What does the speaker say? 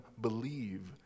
believe